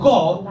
God